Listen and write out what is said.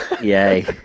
Yay